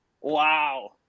Wow